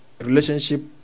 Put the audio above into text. relationship